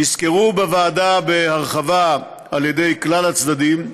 הן נסקרו בוועדה בהרחבה על ידי כלל הצדדים.